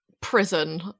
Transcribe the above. prison